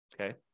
Okay